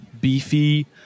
Beefy